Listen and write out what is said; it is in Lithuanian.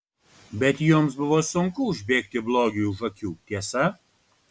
bet jums buvo sunku užbėgti blogiui už akių tiesa